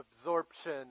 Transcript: absorption